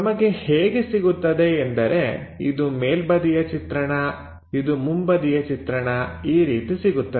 ನಮಗೆ ಹೇಗೆ ಸಿಗುತ್ತದೆ ಎಂದರೆ ಇದು ಮೇಲ್ಬದಿಯ ಚಿತ್ರಣ ಇದು ಮುಂಬದಿಯ ಚಿತ್ರಣ ಈ ರೀತಿ ಸಿಗುತ್ತದೆ